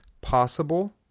possible